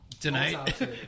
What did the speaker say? tonight